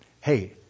Hey